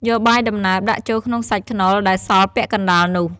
យកបាយដំណើបដាក់ចូលក្នុងសាច់ខ្នុរដែលសស់ពាក់កណ្ដាលនោះ ។